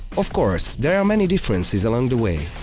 of course, there are many differences along the way.